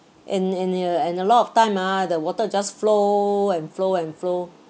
in in uh and a lot of time ah the water just flow and flow and flow